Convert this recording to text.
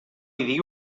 digui